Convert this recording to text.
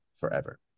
Forever